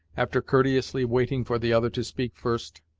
after courteously waiting for the other to speak first.